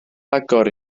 agor